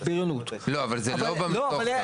- (15) רשות רישוי ארצית ומוסד רישוי ארצי - מינוי,